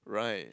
right